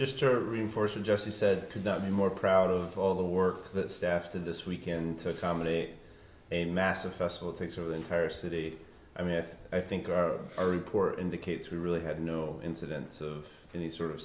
just to reinforce and just he said cannot be more proud of all the work that staff did this weekend to accommodate a massive festival takes over the entire city i mean i think our report indicates we really had no incidents of any sort of